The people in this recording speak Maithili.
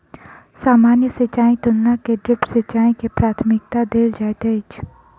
सामान्य सिंचाईक तुलना मे ड्रिप सिंचाई के प्राथमिकता देल जाइत अछि